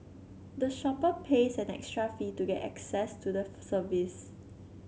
the shopper pays an extra fee to get access to the service